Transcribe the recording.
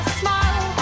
smile